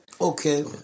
Okay